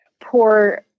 poor